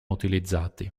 utilizzati